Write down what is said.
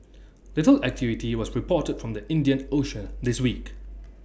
little activity was reported from the Indian ocean this week